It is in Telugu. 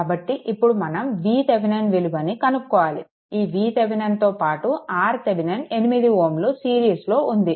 కాబట్టి ఇప్పుడు మనం VThevenin విలువను కనుక్కోవాలి ఈ VThevenin తో పాటు RThevenin 8 Ω సిరీస్లో ఉంది